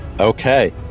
Okay